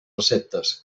receptes